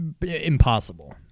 impossible